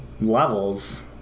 levels